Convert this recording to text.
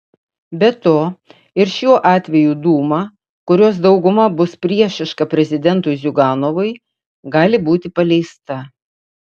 be to ir šiuo atveju dūma kurios dauguma bus priešiška prezidentui ziuganovui gali būti paleista